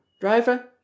Driver